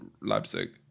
Leipzig